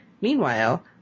Meanwhile